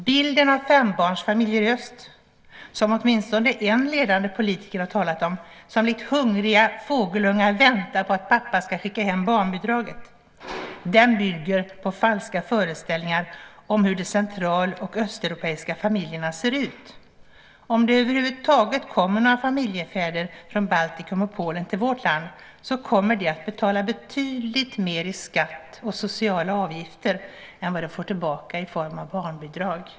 Bilden av fembarnsfamiljer i öst - som åtminstone en ledande politiker har talat om - som likt hungriga fågelungar väntar på att pappa ska skicka hem barnbidraget, bygger på falska föreställningar om hur de central och östeuropeiska familjerna ser ut. Om det över huvud taget kommer några familjefäder från Baltikum och Polen till vårt land kommer de att betala betydligt mer i skatt och sociala avgifter än de får tillbaka i form av barnbidrag.